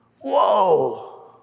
Whoa